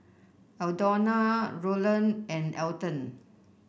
Aldona Rolland and Elton